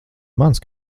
mans